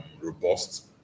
robust